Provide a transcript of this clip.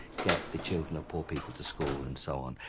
get the children of poor people to school and so on.